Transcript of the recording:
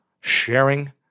Sharing